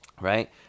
Right